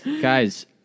Guys